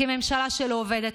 כממשלה שלא עובדת.